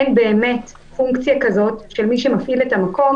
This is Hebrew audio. אין באמת פונקציה כזאת שמי שמפעיל את המקום